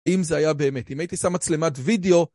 אם זה היה באמת, אם הייתי שם מצלמת וידאו